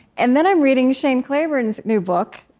and then i'm reading shane claiborne's new book.